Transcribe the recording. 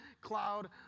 cloud